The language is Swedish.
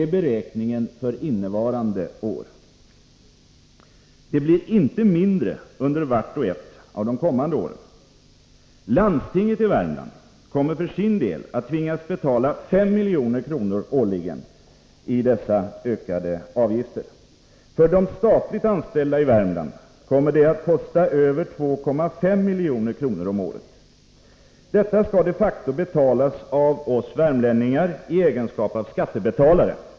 Beräkningen är baserad på innevarande års siffror. Inbetalningarna blir inte mindre under vart och ett av de kommande åren. Landstinget i Värmland kommer för sin del att tvingas betala 5 milj.kr. årligen i dessa ökade avgifter. För de statligt anställda i Värmland kommer fondavgiften att kosta över 2,5 milj.kr. om året. De kommunala avgifterna skall de facto betalas av oss värmlänningar i egenskap av skattebetalare.